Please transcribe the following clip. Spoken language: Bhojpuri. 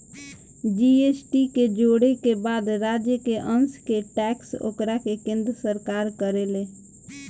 जी.एस.टी के जोड़े के बाद राज्य के अंस के टैक्स ओकरा के केन्द्र सरकार करेले